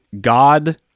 God